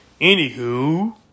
Anywho